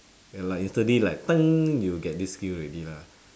ya like instantly like you will get this skill already lah